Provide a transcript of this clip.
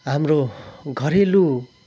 हाम्रो घरेलु